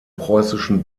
preußischen